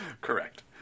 Correct